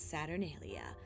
Saturnalia